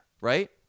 right